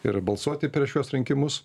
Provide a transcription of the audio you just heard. ir balsuoti per šiuos rinkimus